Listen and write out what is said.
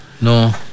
no